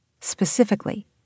Specifically